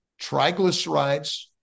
Triglycerides